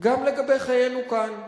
גם לגבי חיינו כאן.